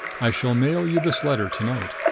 i shall mail you this letter to-night.